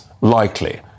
likely